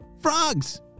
Frogs